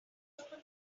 open